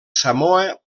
samoa